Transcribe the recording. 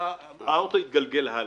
האוטו יתגלגל הלאה.